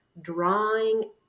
drawing